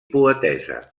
poetessa